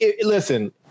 listen